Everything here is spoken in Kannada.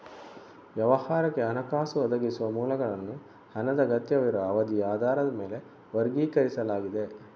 ವ್ಯವಹಾರಕ್ಕೆ ಹಣಕಾಸು ಒದಗಿಸುವ ಮೂಲಗಳನ್ನು ಹಣದ ಅಗತ್ಯವಿರುವ ಅವಧಿಯ ಆಧಾರದ ಮೇಲೆ ವರ್ಗೀಕರಿಸಲಾಗಿದೆ